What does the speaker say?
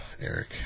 Eric